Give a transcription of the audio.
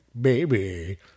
baby